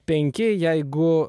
penki jeigu